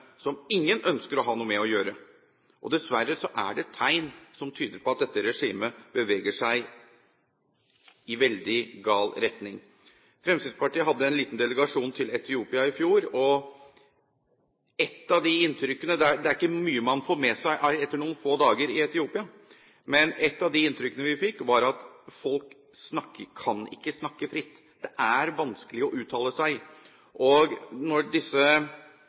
som ingen ønsker å ha noe med å gjøre. Dessverre er det tegn som tyder på at dette regimet beveger seg i veldig gal retning. Fremskrittspartiet hadde en liten delegasjon til Etiopia i fjor. Det er ikke mye man får med seg på noen få dager i Etiopia, men ett av de inntrykkene vi fikk, var at folk ikke kan snakke fritt. Det er vanskelig å uttale seg. Når disse